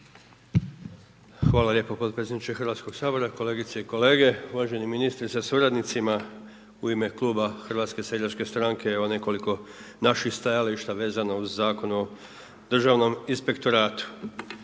Hvala lijepo podpredsjedniče Hrvatskog sabora, kolegice i kolege, uvaženi ministri sa suradnicima u ime Kluba Hrvatske seljačke strane evo nekoliko naših stajališta vezano uz Zakon o Državnom inspektoratu.